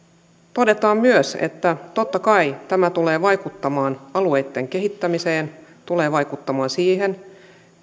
todetaan myös että totta kai tämä tulee vaikuttamaan alueitten kehittämiseen tulee vaikuttamaan siihen